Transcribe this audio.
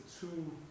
two